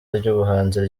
ry’ubuhanzi